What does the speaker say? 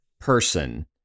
person